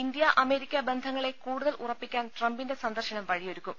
India America ബന്ധ ങ്ങളെ കൂടുതൽ ഉറപ്പിക്കാൻ ട്രംപിന്റെ സന്ദർശനം വഴിയൊ രുക്കും